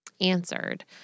answered